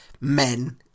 men